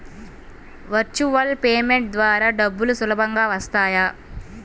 Virtual payment ద్వారా డబ్బులు సులభంగా వస్తాయా?